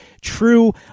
true